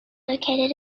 located